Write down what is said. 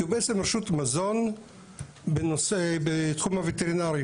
כי הוא בעצם רשות מזון בתחום הווטרינרי.